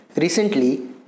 Recently